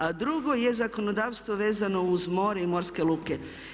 A drugo je, zakonodavstvo je vezano uz more i morske luke.